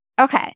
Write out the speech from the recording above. Okay